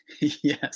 yes